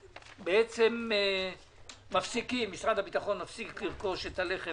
שבעצם משרד הביטחון מפסיק לרכוש את הלחם